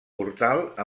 portal